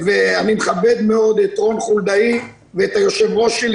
אני מכבד מאוד את רון חולדאי ואת היושב-ראש שלי,